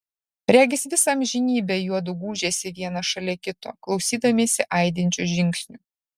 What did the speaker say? regis visą amžinybę juodu gūžėsi vienas šalia kito klausydamiesi aidinčių žingsnių